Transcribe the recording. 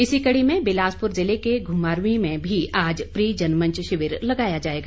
इसी कड़ी में बिलासपुर जिले के घुमारवीं में भी आज प्री जनमंच शिविर लगाया जाएगा